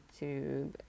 YouTube